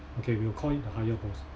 okay we will call it the higher boss